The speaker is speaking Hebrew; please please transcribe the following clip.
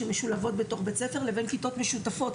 שמשולבות בתוך בית ספר לבין כיתות משותפות.